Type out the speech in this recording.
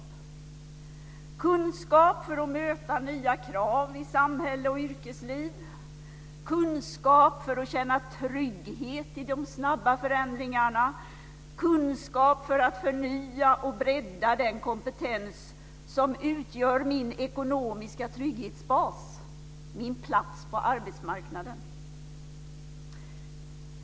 Det gäller kunskap för att möta nya krav i samhälle och yrkesliv, kunskap för att känna trygghet i de snabba förändringarna, kunskap för att förnya och bredda den kompetens som utgör ens ekonomiska trygghetsbas - ens plats på arbetsmarknaden.